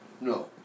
No